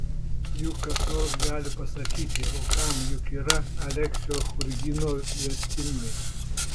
juk kas nors gali pasakyti o kam juk yra aleksio churgino vertimai